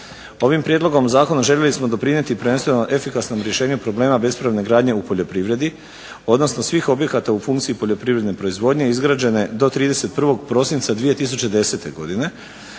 Ovim prijedlogom zakona željeli smo doprinijeti prvenstveno efikasnom rješenju problema bespravne gradnje u poljoprivredi odnosno svih objekata u funkciji poljoprivredne proizvodnje izgrađene do 31. prosinca 2010. godine